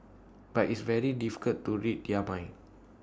but it's very difficult to read their minds